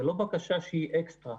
זו לא בקשה שהיא אקסטרא,